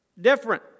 different